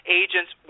agents